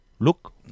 Look